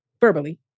Verbally